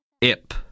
IP